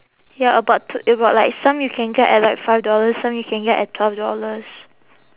ya about twe~ about like some you can get at like five dollars some you can get at twelve dollars